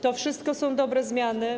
To wszystko są dobre zmiany.